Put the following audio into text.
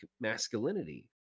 masculinity